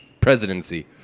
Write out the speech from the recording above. Presidency